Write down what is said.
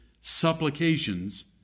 supplications